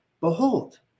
Behold